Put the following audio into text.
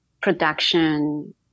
production